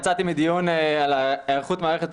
יצאתי מדיון על היערכות מערכת החינוך